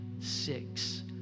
Six